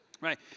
right